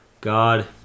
God